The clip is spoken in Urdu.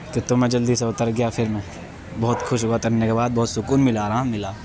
تو تو میں جلدی سے اتر گیا پھر میں بہت خوش ہوا اترنے کے بعد بہت سکون ملا آرام ملا